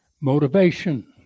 motivation